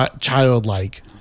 childlike